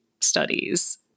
studies